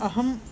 अहं